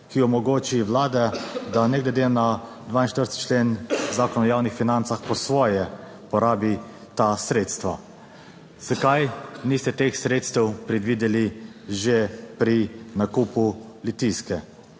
ki omogoči Vlade, da ne glede na 42. člen Zakona o javnih financah po svoje porabi ta sredstva. Zakaj niste teh sredstev predvideli že pri nakupu litijske?